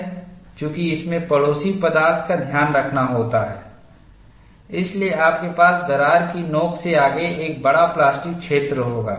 चूंकि इसमें पड़ोसी पदार्थ का ध्यान रखना होता है इसलिए आपके पास दरार की नोक से आगे एक बड़ा प्लास्टिक क्षेत्र होगा